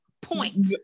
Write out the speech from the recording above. point